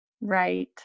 Right